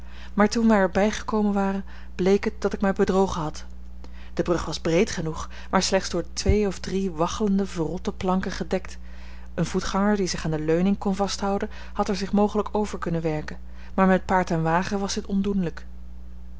maar toen wij er bij gekomen waren bleek het dat ik mij bedrogen had de brug was breed genoeg maar slechts door twee of drie waggelende verrotte planken gedekt een voetganger die zich aan de leuning kon vasthouden had er zich mogelijk over kunnen werken maar met paard en wagen was dit